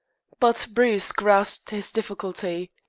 but bruce grasped his difficulty.